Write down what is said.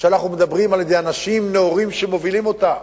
ואנחנו מדברים על אנשים נאורים שמובילים אותה,